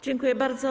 Dziękuję bardzo.